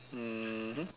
mmhmm